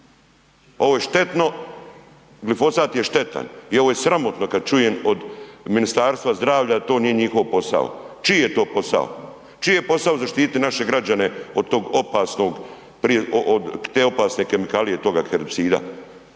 Ovo je štetno, glifosat je štetan, i ovo je sramotno kad čujem od Ministarstva zdravlja da to nije njihov posao. Čiji je to posao, čiji je posao zaštiti naše građane od tog opasnog, te opasne kemikalije, toga herbicida?